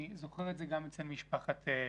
אני זוכר את זה גם אצל משפחת שניאור.